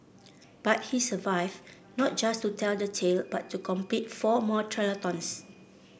but he survived not just to tell the tale but to complete four more triathlons